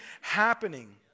happening